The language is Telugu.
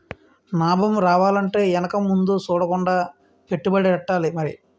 నాబం రావాలంటే ఎనక ముందు సూడకుండా పెట్టుబడెట్టాలి మరి